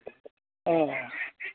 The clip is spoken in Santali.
ᱦᱮᱸ